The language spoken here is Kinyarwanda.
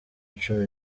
cumi